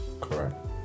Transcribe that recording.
Correct